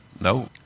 No